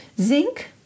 Zinc